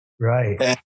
Right